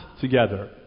together